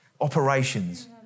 operations